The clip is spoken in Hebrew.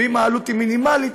ואם העלות היא מינימלית,